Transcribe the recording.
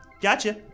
Gotcha